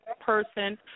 person